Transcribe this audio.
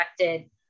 affected